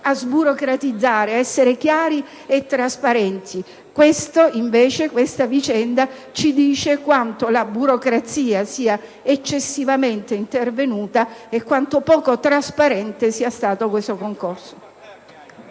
sburocratizzare e ad essere chiari e trasparenti; questa vicenda invece ci mostra quanto la burocrazia sia eccessivamente intervenuta e quanto poco trasparente sia stato questo concorso.